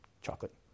chocolate